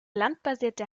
landbasierte